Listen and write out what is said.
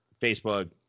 Facebook